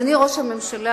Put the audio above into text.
אדוני ראש הממשלה,